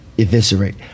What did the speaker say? Eviscerate